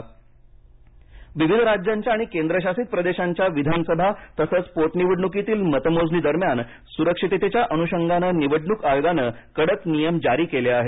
मतमोजणी विविध राज्यांच्या आणि केंद्रशासित प्रदेशांच्या विधानसभा तसच पोटनिवडणुकीतील मतमोजणीदरम्यान सुरक्षिततेच्या अनुषंगाने निवडणूक आयोगाने कडक नियम जारी केले आहेत